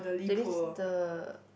that means the